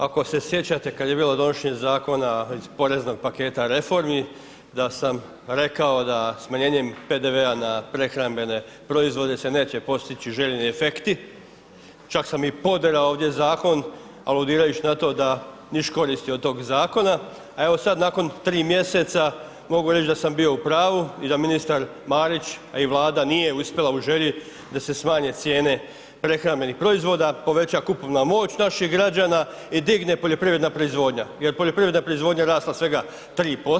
Ako se sjećate kad je bilo donošenje zakona iz poreznog paketa reformi, da sam rekao da smanjenjem PDV-a na prehrambene proizvode se neće postići željeni efekti, čak sam i poderao ovdje zakon, aludirajući na to da niškoristi od tog zakona, a evo sad nakon 3 mjeseca mogu reći da sam bio u pravu i da ministar Marić, a i Vlada nije uspjela u želji da se smanje cijene prehrambenih proizvoda, poveća kupovna moć naših građana i digne poljoprivredna proizvodnja, jer poljoprivredna proizvodnja je rasla svega 3%